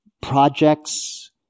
projects